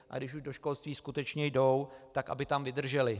A když už do školství skutečně jdou, tak aby tam vydrželi.